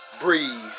Breathe